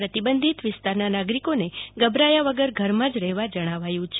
પ્રતિબંધિત વિસ્તારના નાગરિકોને ગભરાયા વગર ઘરમાં જ રહેવા જણાવાયું છે